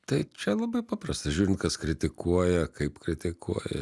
tai čia labai paprastai žiūrint kas kritikuoja kaip kritikuoja